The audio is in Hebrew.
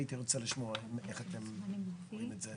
הייתי רוצה לשמוע איך אתם רואים את זה.